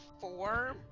four